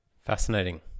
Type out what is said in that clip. Fascinating